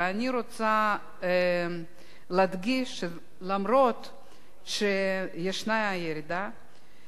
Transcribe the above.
ואני רוצה להדגיש שלמרות שישנה ירידה,